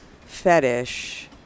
fetish